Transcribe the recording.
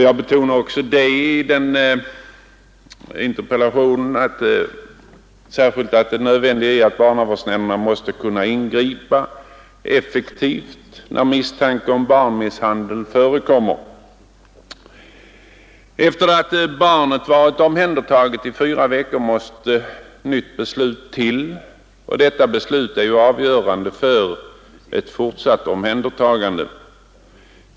Jag betonar också i interpellationen att det är nödvändigt att barnavårdsnämnderna kan agera effektivt när misstanke om barnmisshandel förekommer. Sedan barnet varit omhändertaget i fyra veckor måste nytt beslut fattas, och det beslutet är avgörande för ett fortsatt omhändertagande.